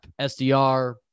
SDR